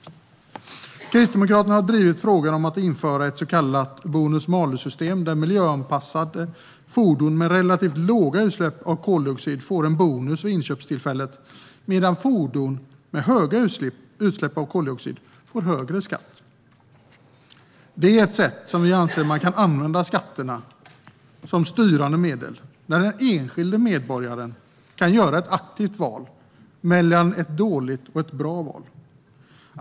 Kristdemokraterna har drivit frågan om att införa ett så kallat bonus-malus-system där miljöanpassade fordon med relativt låga utsläpp av koldioxid får en bonus vid inköpstillfället medan fordon med höga utsläpp av koldioxid får högre skatt. Det är ett sätt att använda skatterna som styrande medel där den enskilde medborgaren kan göra ett aktivt val mellan något som är bra och något som är dåligt.